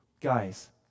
guys